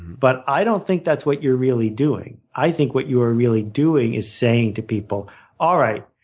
but i don't think that's what you're really doing. i think what you are really doing is saying to people alright,